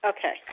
Okay